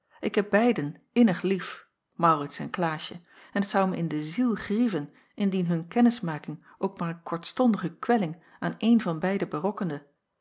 ik heb beiden innig lief maurits en klaasje en het zou mij in de ziel grieven indien hun kennismaking ook maar een kortstondige kwelling aan een van beiden berokkende